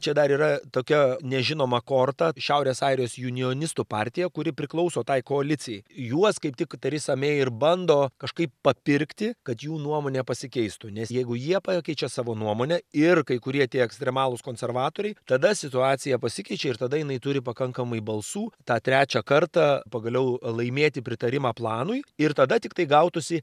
čia dar yra tokia nežinoma korta šiaurės airijos junijonistu partija kuri priklauso tai koalicijai juos kaip tik terisa mei ir bando kažkaip papirkti kad jų nuomonė pasikeistų nes jeigu jie pakeičia savo nuomonę ir kai kurie tie ekstremalūs konservatoriai tada situacija pasikeičia ir tada jinai turi pakankamai balsų tą trečią kartą pagaliau laimėti pritarimą planui ir tada tiktai gautųsi